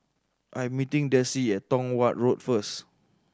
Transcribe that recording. I am meeting Desi at Tong Watt Road first